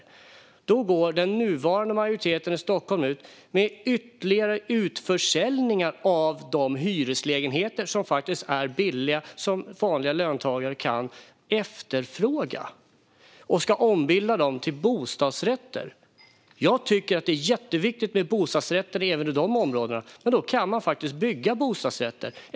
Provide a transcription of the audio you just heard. Ändå går den nuvarande majoriteten i Stockholm ut med ytterligare utförsäljningar av de hyreslägenheter som faktiskt är billiga och som vanliga löntagare kan efterfråga. De ska ombildas till bostadsrätter. Jag tycker att det är jätteviktigt med bostadsrätter även i dessa områden, men då kan man faktiskt bygga bostadsrätter.